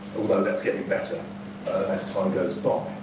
although that's getting better as time goes by.